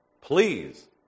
please